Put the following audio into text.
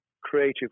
creative